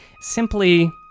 simply